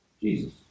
Jesus